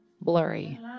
blurry